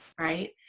right